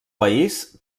país